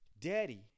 Daddy